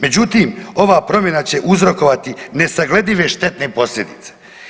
Međutim, ova promjena će uzrokovati nesagledive štetne posljedice.